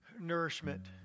nourishment